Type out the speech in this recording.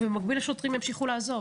ובמקביל השוטרים ימשיכו לעזוב